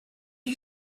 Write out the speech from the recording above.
you